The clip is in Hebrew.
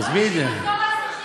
אבל לא האשימו את כל האזרחים.